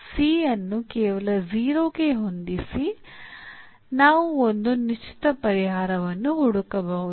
C ಅನ್ನು ಕೇವಲ 0 ಗೆ ಹೊಂದಿಸಿ ನಾವು ಒಂದು ನಿಶ್ಚಿತ ಪರಿಹಾರವನ್ನು ಹುಡುಕಬಹುದು